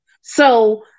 So-